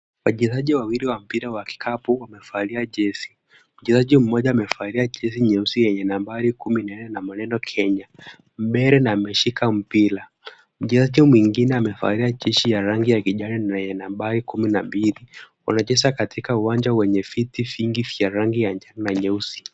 Wachezaji wawili wa mpira wa kikapu wamevalia jezi. Mchezaji mmoja amevalia jezi nyeusi yenye nambari kumi na nne na maneno Kenya mbele na ameshika mpira. Mchezaji mwingine amevalia jezi ya rangi ya kijani yenye nambari kumi na mbili. Wanacheza katika uwanja wenye viti vingi vya rangi ya njano na nyeusi.